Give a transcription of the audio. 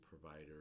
provider